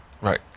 Right